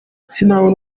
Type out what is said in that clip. sinabona